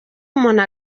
umuntu